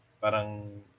Parang